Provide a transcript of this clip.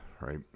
right